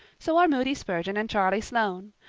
so are moody spurgeon and charlie sloane.